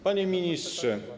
Panie Ministrze!